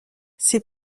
ses